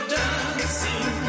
dancing